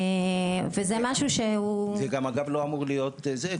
זה גם אגב לא אמור להיות זה,